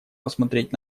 посмотреть